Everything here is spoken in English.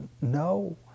no